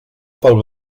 pel